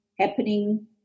happening